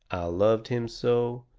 loved him so.